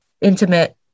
intimate